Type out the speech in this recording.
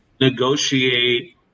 negotiate